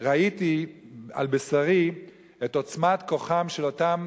אתמול ראיתי על בשרי את עוצמת כוחם של אותם